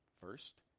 First